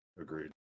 Agreed